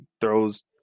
throws